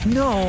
no